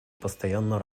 постоянно